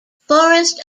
forest